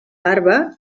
barba